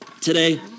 today